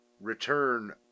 return